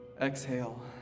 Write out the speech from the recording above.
Exhale